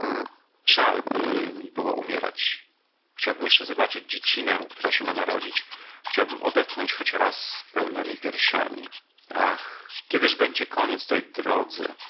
mi było umierać chciałbym jeszcze zobaczyć dziecinę która się ma narodzić chciałbym odetchnąć choć raz pełnemi piersiami ach kiedyż będzie koniec tej drodze